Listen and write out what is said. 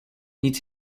nic